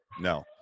No